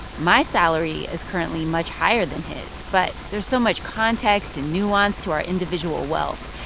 my salary is currently much higher than his, but there's so much context and nuance to our individual wealth.